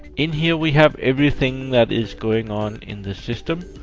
in here, we have everything that is going on in the system.